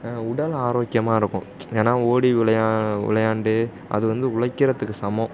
உடல் ஆரோக்கியமாக இருக்கும் ஏன்னா ஒடி விளையாடி விளையாண்டு அது வந்து உழைக்கிறதுக்கு சமம்